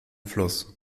fluss